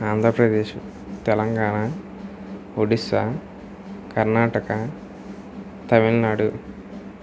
Andhra Pradesh Telangana Odisha Karnataka Tamil Nadu